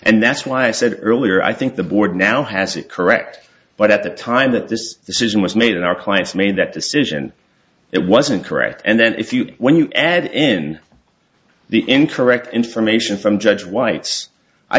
and that's why i said earlier i think the board now has it correct but at the time that this decision was made in our client's made that decision it wasn't correct and then if you when you add in the incorrect information from judge white's i